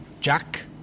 Jack